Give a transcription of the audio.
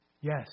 Yes